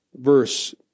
verse